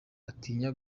atinya